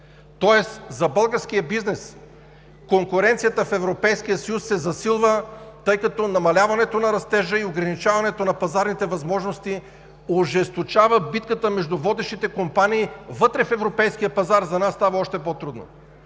Тоест за българския бизнес конкуренцията в Европейския съюз се засилва, тъй като намаляването на растежа и ограничаването на пазарните възможности ожесточават битката между водещите компании и вътре в Европейския пазар за нас става още по-трудно.